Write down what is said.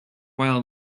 while